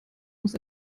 muss